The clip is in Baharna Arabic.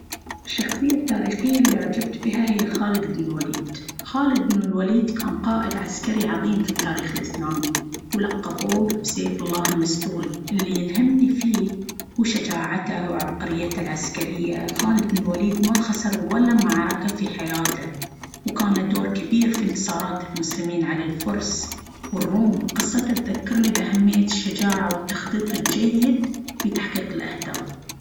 الشخصية التاريخية اللي أُعجبت بها هي خالد بن الوليد. خالد بن الوليد كان قائد عسكري عظيم في التاريخ الإسلامي، ولقبوه بـسيف الله المسلول. اللي يلهمني فيه هو شجاعته وعبقريته العسكرية. خالد بن الوليد ما خسر ولا معركة في حياته، وكان له دور كبير في انتصارات المسلمين على الفرس والروم. قصته تذكرني بأهمية الشجاعة والتخطيط الجيد في تحقيق الأهداف.